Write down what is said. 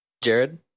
Jared